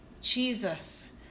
jesus